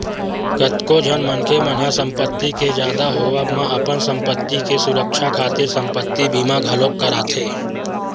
कतको झन मनखे मन ह संपत्ति के जादा होवब म अपन संपत्ति के सुरक्छा खातिर संपत्ति बीमा घलोक कराथे